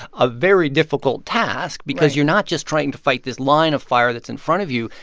a very difficult task because you're not just trying to fight this line of fire that's in front of you.